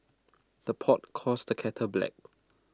the pot calls the kettle black